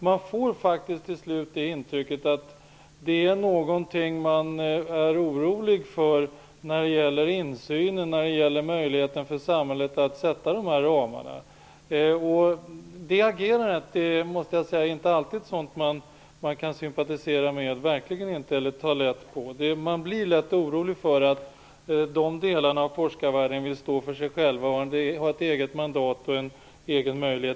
Man får faktiskt intrycket att det gäller en oro över samhällets möjligheter att utöva insyn och att sätta upp ramar för verksamheten. Man kan verkligen inte alltid sympatisera med ett sådant agerande. Man blir lätt orolig för att dessa delar av forskarvärlden vill stå för sig själva och vill ha ett eget mandat.